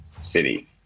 city